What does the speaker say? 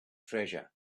treasure